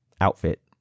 outfit